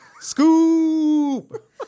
scoop